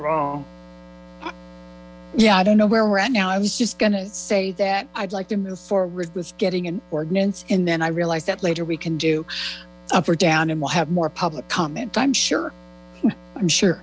wrong yeah i don't know where we're at now i was just going to say that i'd like to move forward with getting an ordinance and then i realized that later we can do up or down and we'll have more public i'm sure i'm sure